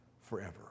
forever